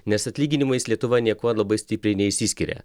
nes atlyginimais lietuva niekuo labai stipriai neišsiskiria